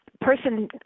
person